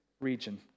region